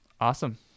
Awesome